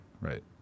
right